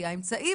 היא האמצעי,